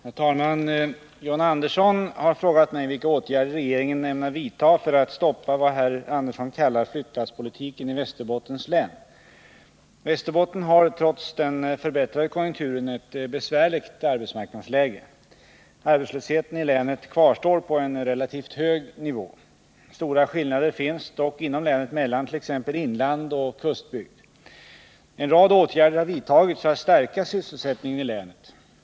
Herr talman! John Andersson har frågat mig vilka åtgärder regeringen ämnar vidta för att stoppa vad herr Andersson kallar flyttlasspolitiken i Västerbottens län. Västerbotten har, trots den förbättrade konjunkturen, ett besvärligt arbetsmarknadsläge. Arbetslösheten i länet kvarstår på en relativt hög nivå. Stora skillnader finns dock inom länet mellan t.ex. inland och kustbygd. En rad åtgärder har vidtagits för att stärka sysselsättningen i länet.